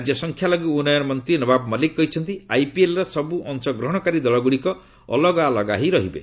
ରାଜ୍ୟ ସଂଖ୍ୟାଲଘୁ ଉନ୍ନୟନ ମନ୍ତ୍ରୀ ନବାବ ମଲ୍ଲିକ କହିଛନ୍ତି ଆଇପିଏଲ୍ର ସବୁ ଅଶଗ୍ରହଣକାରୀ ଦଳଗୁଡ଼ିକ ଅଲଗାଅଲଗା ହୋଇ ରହିବେ